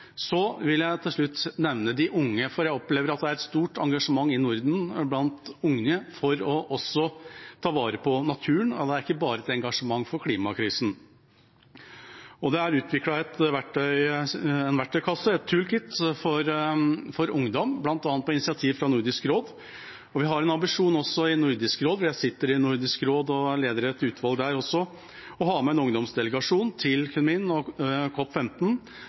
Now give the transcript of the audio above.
Jeg vil til slutt nevne de unge. Jeg opplever at det er et stort engasjement i Norden blant unge også for å ta vare på naturen, det er ikke bare et engasjement i klimakrisen. Det er utviklet en verktøykasse, et «tool-kit», for ungdom, bl.a. på initiativ fra Nordisk råd, og vi har også en ambisjon i Nordisk råd – jeg sitter i Nordisk råd og leder et utvalg der også – om å ha med en ungdomsdelegasjon til Kunming og